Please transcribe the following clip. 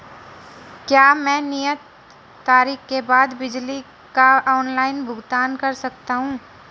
क्या मैं नियत तारीख के बाद बिजली बिल का ऑनलाइन भुगतान कर सकता हूं?